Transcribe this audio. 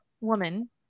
woman